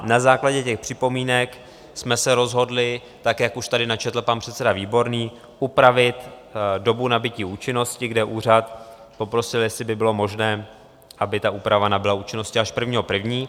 Na základě těch připomínek jsme se rozhodli, tak jak už tady načetl pan předseda Výborný, upravit dobu nabytí účinnosti, kde úřad poprosil, jestli by bylo možné, aby ta úprava nabyla účinnosti až k 1. 1.